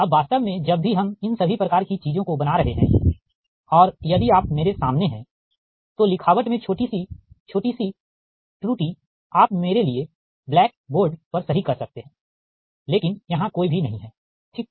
अब वास्तव में जब भी हम इन सभी प्रकार की चीजों को बना रहे हैं और यदि आप मेरे सामने हैं तो लिखावट में छोटी सी छोटी सी त्रुटि आप मेरे लिए ब्लैक बोर्ड पर सही कर सकते है लेकिन यहाँ कोई भी नहीं है ठीक